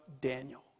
Daniel